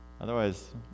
Otherwise